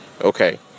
okay